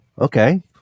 okay